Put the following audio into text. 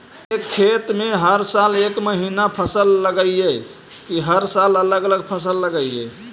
एक खेत में हर साल एक महिना फसल लगगियै कि हर साल अलग अलग फसल लगियै?